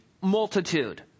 multitude